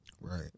right